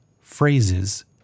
Phrases